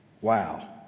Wow